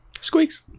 Squeaks